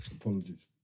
Apologies